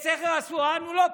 בסכר אסואן הוא לא פגע,